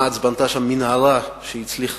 מע"צ בנתה שם מנהרה שהצליחה,